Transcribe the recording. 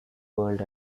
world